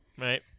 Right